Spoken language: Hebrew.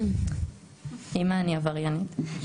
אימא, אני עבריינית.